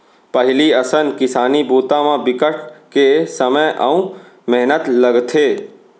पहिली असन किसानी बूता म बिकट के समे अउ मेहनत लगथे